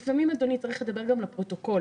לפעמים, אדוני, צריך לדבר גם לפרוטוקול.